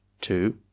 two